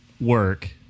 work